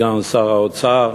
סגן שר האוצר,